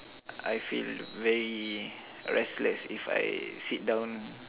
I feel very restless if I sit down